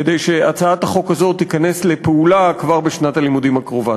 כדי שהצעת החוק הזו תיכנס לפעולה כבר בשנת הלימודים הקרובה.